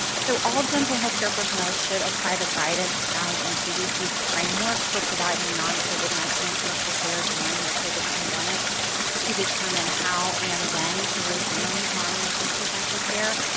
so, all dental healthcare personnel should apply the guidance found in cdc's framework for providing non covid nineteen clinical care during the covid pandemic to determine how and when to resume non-emergency dental care.